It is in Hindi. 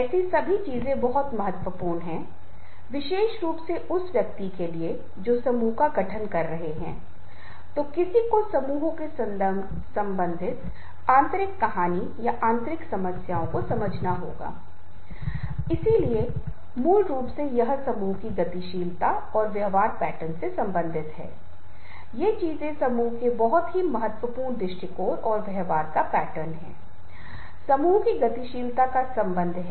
आप जानते हैं नेतृत्व सिद्धांत या नेतृत्व ग्रंथों में कई तरह की शैलियाँ होती हैं जो विभिन्न प्रकार के नेताओं से भरी होती हैं लेकिन आज मैं मुख्य रूप से ध्यान केंद्रित करूँगा जहाँ तक संचार के दृष्टिकोण से दो प्रकार के नेता और उनकी विशेषताएं हैं